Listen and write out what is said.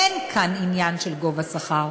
אין כאן עניין של גובה שכר.